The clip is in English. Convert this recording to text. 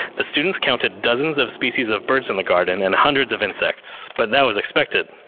the students counted dozens of species of birds in the garden and hundreds of insects. but that was expected.